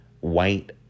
white